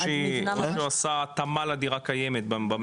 או שהיא עושה התאמה לדירה קיימת במלאי?